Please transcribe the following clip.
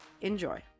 enjoy